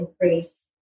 increase